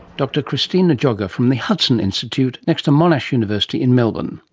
dr christina giogha from the hudson institute next to monash university in melbourne,